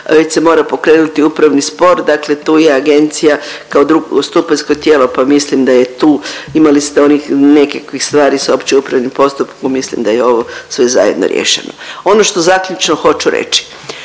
već se mora pokrenuti upravni spor, dakle tu je agencija kao drugostupanjsko tijelo, pa mislim da je tu, imali ste onih nekakvih stvari s opće upravnim postupkom, mislim da je i ovo sve zajedno riješeno. Ono što zaključno hoću reći,